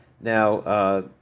Now